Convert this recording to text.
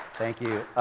thank you.